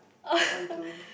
I'm doing